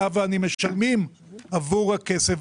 אתה ואני משלמים עבור האוכל.